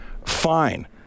Fine